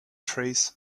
trees